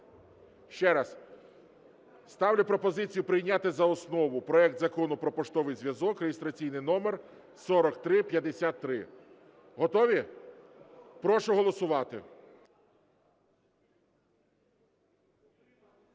Ще раз, ставлю пропозицію прийняти за основу проект Закону "Про поштовий зв'язок" (реєстраційний номер 4353). Готові? Прошу голосувати.